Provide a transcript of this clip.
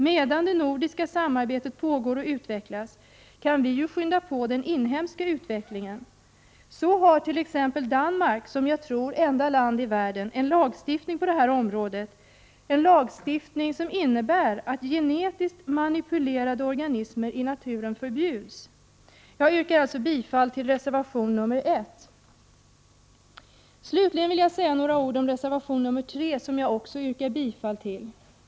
Medan det nordiska samarbetet pågår och utvecklas kan vi ju skynda på den inhemska utvecklingen. Danmark har som jag tror enda land i världen en lagstiftning på det här området som innebär att genetiskt manipulerade organismer i naturen förbjuds. Jag yrkar alltså bifall till reservation nr 1. Slutligen vill jag säga några ord om reservation nr 3, som jag också yrkar bifall till.